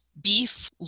beef